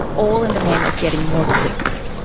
all in the name of getting more clicks.